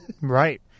Right